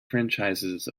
franchises